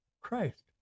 Christ